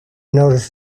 notice